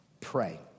pray